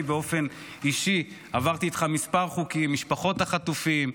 אני באופן אישי עברתי איתך כמה חוקים: משפחות החטופים,